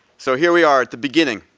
so here we are, at the beginning.